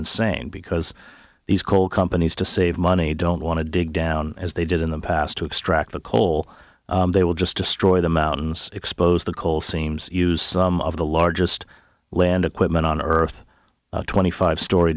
insane because these coal companies to save money don't want to dig down as they did in the past to extract the coal they will just destroy the mountains expose the coal seams use some of the largest land equipment on earth twenty five stor